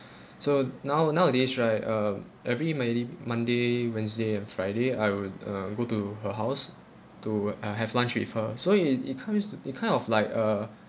so now nowadays right uh every monday monday wednesday and friday I will uh go to her house to uh have lunch with her so it it kinds to it kind of like a